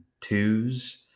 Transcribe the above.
twos